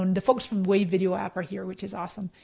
and the folks from wave video app are here, which is awesome.